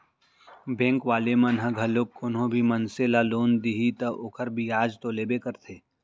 bank वाले मन ह घलोक कोनो भी मनसे ल लोन दिही त ओखर बियाज तो लेबे करथे